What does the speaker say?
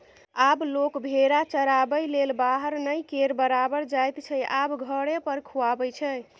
आब लोक भेरा चराबैलेल बाहर नहि केर बराबर जाइत छै आब घरे पर खुआबै छै